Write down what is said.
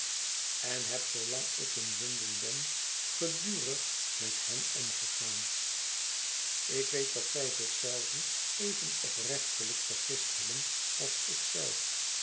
en heb zoolang ik in l on den ben gedurig met hen omgegaan ik weetdatzij zich zelven even oprechtelijk vergist hebben als ik